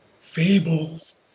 fables